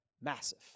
massive